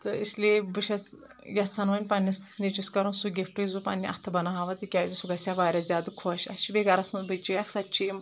تہٕ اس لیے بہٕ چھیٚس یَژھان وۄنۍ پننِس نِیچوِس کَرُن سُہ گِفٹہٕ یُس بہٕ پَننہِ اَتھہٕ بَناوٕ ہا تِکیٛازِ سُہ گژھہِ ہا واریاہ زیادٕ خۄش اسہِ چھِ بیٚیہِ گھرَس منٛز بٔچی اکھ سۄ تہِ چھِ یِم